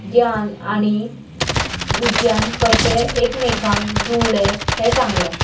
ज्ञान आनी विज्ञान कशें एकमेकांक जुळ्ळें हें सांगलां